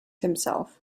himself